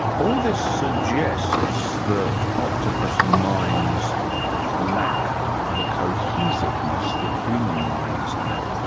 all this suggests that octopus minds lack the cohesiveness that human minds have,